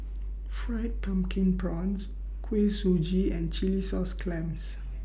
Fried Pumpkin Prawns Kuih Suji and Chilli Sauce Clams